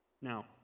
Now